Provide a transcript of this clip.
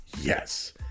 yes